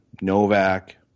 Novak